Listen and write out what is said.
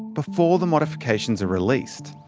before the modifications are released.